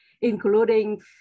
including